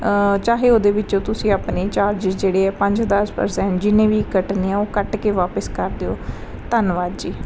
ਚਾਹੇ ਉਹਦੇ ਵਿੱਚੋਂ ਤੁਸੀਂ ਆਪਣੀ ਚਾਰਜਸ ਜਿਹੜੇ ਆ ਪੰਜ ਦਸ ਪਰਸੈਂਟ ਜਿੰਨੇ ਵੀ ਕੱਟਣੇ ਆ ਉਹ ਕੱਟ ਕੇ ਵਾਪਸ ਕਰ ਦਿਓ ਧੰਨਵਾਦ ਜੀ